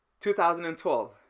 2012